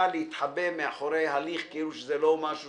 להתחבא מאחורי ההליך כאילו שזה לא משהו